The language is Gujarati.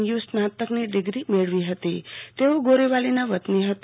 યુ રનાતકની ડિગ્રી મેળવી હતી તેઓ ગોરેવલીના વતની હતા